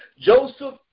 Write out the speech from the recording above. Joseph